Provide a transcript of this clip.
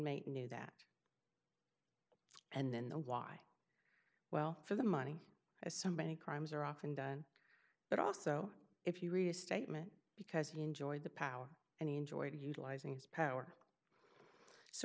knew that and then the lie well for the money as somebody crimes are often done but also if you read a statement because he enjoyed the power and he enjoyed utilizing his power so